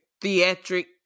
theatric